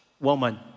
woman